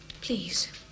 Please